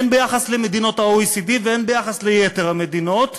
הן ביחס למדינות ה-OECD והן ביחס ליתר המדינות,